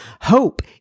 Hope